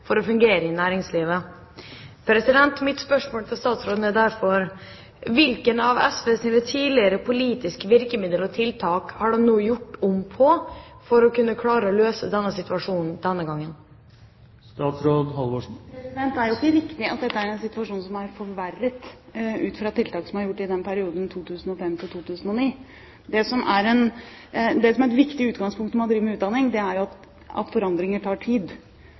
for å fungere i næringslivet. Mitt spørsmål til statsråden er derfor: Hvilke av SVs tidligere politiske virkemiddel og tiltak har de nå gjort om på for å klare å løse situasjonen denne gangen? Det er jo ikke riktig at dette er en situasjon som er forverret ut fra tiltak som er gjort i den perioden, 2005–2009. Det som er et viktig utgangspunkt når man driver med utdanning, er jo at forandringer tar tid.